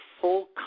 full